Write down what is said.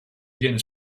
viene